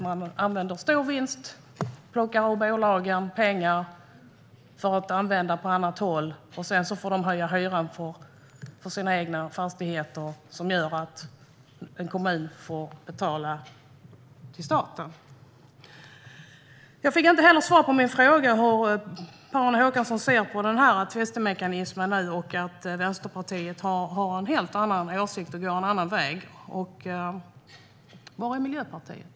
Man gör stor vinst och plockar av bolagen pengar för att använda på annat håll, och sedan får bolagen höja hyran för sina egna fastigheter - vilket gör att en kommun får betala till staten. Jag fick inte heller svar på min fråga hur Per-Arne Håkansson ser på tvistlösningsmekanismen och att Vänsterpartiet har en helt annan åsikt och går en annan väg. Och var är Miljöpartiet?